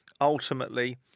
ultimately